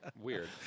Weird